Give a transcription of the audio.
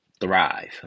thrive